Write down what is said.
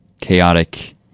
chaotic